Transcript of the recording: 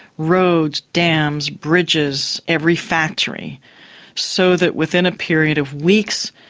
roads, dams, bridges, every factory so that within a period of weeks,